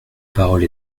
parole